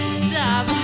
stop